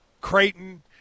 Creighton